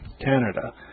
Canada